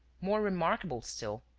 more remarkable still,